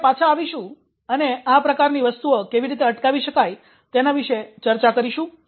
તો આપણે પાછા આવીશું અને આ પ્રકારની વસ્તુઓ કેવી રીતે અટકાવી શકાય છે તેના વિશે ચર્ચા કરીશું